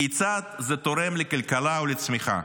כיצד זה תורם לכלכלה ולצמיחה?